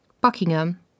Buckingham